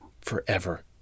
forever